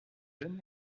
jeune